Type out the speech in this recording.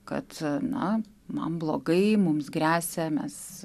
kad na man blogai mums gresia mes